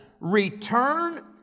return